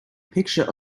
picture